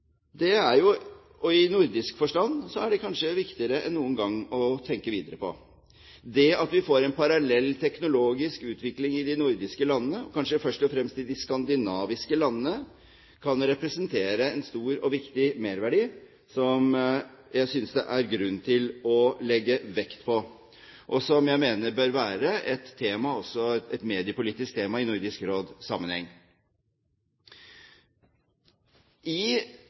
kanskje viktigere enn noen gang å tenke videre på. Det at vi får en parallell teknologisk utvikling i de nordiske landene, kanskje først og fremst i de skandinaviske landene, kan representere en stor og viktig merverdi som jeg synes det er grunn til å legge vekt på, og som jeg mener bør være et mediepolitisk tema i Nordisk Råd-sammenheng. I den situasjonen der man får åpnet et stort antall nye kanaler, er det et interessant perspektiv i